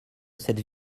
cette